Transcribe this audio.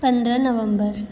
पन्द्रह नवंबर